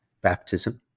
baptism